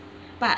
but